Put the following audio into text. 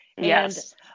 Yes